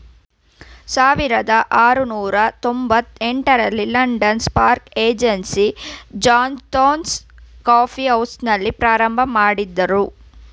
ಸಾವಿರದ ಆರುನೂರು ತೊಂಬತ್ತ ಎಂಟ ರಲ್ಲಿ London stock exchange Jonathan's coffee ಹೌಸ್ನಲ್ಲಿ ಪ್ರಾರಂಭಮಾಡಿದ್ರು